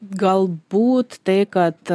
galbūt tai kad